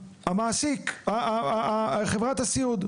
המעסיק, חברת הסיעוד.